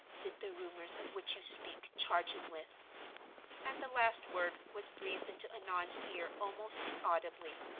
did the rumors of which you speak charge him with and the last word was breathed into annon's ear almost inaudibily.